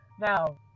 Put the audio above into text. Now